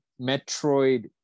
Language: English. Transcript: Metroid